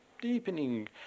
deepening